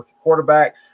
quarterback